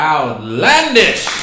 Outlandish